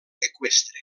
eqüestre